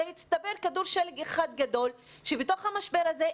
זה יצטבר לכדור שלג אחד גדול שבתוך המשבר הזה,